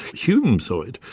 hume saw it.